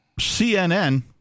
CNN